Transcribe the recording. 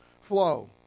flow